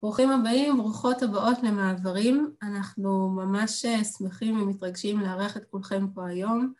ברוכים הבאים וברוכות הבאות למעברים. אנחנו ממש שמחים ומתרגשים לארח את כולכם פה היום.